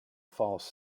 falls